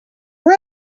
for